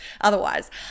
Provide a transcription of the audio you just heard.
otherwise